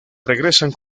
regresan